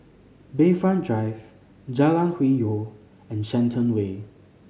Bayfront Drive Jalan Hwi Yoh and Shenton Way